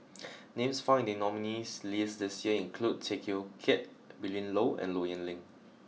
names found in nominees' list this year include Tay Teow Kiat Willin Low and Low Yen Ling